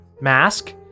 mask